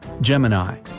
Gemini